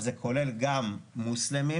זה כולל גם מוסלמים